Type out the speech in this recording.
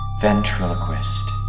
ventriloquist